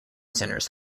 centres